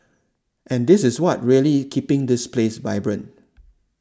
and this is what really keeping this place vibrant